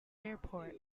airport